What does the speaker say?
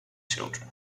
children